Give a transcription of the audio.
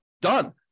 Done